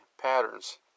patterns